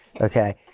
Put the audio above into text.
Okay